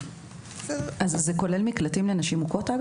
זה כולל מקלטים לנשים מוכות?